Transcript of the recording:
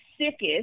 sickest